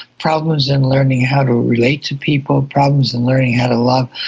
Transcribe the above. problems in learning how to relate to people, problems in learning how to love,